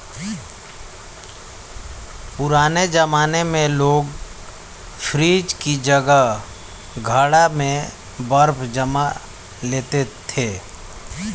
पुराने जमाने में लोग फ्रिज की जगह घड़ा में बर्फ जमा लेते थे